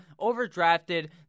overdrafted